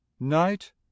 Night